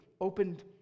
opened